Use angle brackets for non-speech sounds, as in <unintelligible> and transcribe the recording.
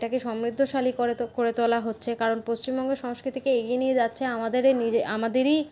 এটাকে সমৃদ্ধশালী করে <unintelligible> করে তোলা হচ্ছে কারণ পশ্চিমবঙ্গ সংস্কৃতিকে এগিয়ে নিয়ে যাচ্ছে আমাদেরই <unintelligible> আমাদেরই